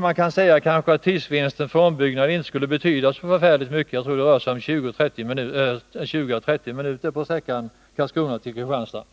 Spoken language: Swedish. Man kanske kan säga att tidsvinsten vid ombyggnad inte skulle betyda så förfärligt mycket; jag tror att det rör sig om 20-30 minuter på sträckan Karlskrona-Kristianstad.